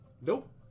Nope